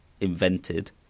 invented